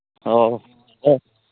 ꯑꯣ ꯑꯥ